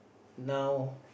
now